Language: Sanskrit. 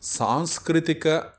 सांस्कृतिकम्